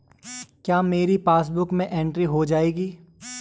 क्या मेरी पासबुक में एंट्री हो जाएगी?